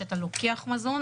שאתה לוקח מזון,